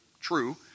true